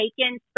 taken